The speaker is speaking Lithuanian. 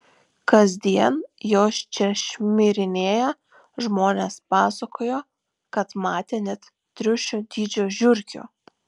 kasdien jos čia šmirinėja žmonės pasakojo kad matę net triušio dydžio žiurkių